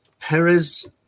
Perez